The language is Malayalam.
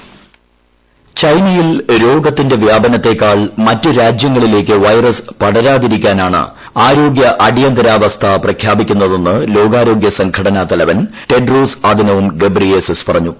വോയിസ് ചൈനയിൽ രോഗത്തിന്റെ വ്യാപനത്തെക്കാൾ മറ്റു രാജ്യങ്ങളിലേയ്ക്ക് വൈറസ് പടരാതിരിക്കാനാണ് ആരോഗ്യ ് അടിയന്തരാവസ്ഥ പ്രഖ്യാപിക്കുന്നതെന്ന് ലോകാരോഗ്യ സംഘടനാ തലവൻ ടെഡ്രോസ് അദനോം ഗബ്രിയേസസ് പറഞ്ഞു